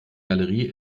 galerie